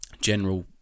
general